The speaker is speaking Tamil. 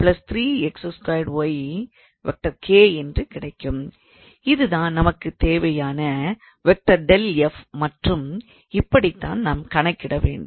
இது தான் நமக்கு தேவையான மற்றும் இப்படித்தான் நாம் கணக்கிட வேண்டும்